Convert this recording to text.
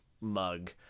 mug